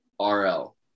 RL